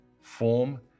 form